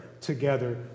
together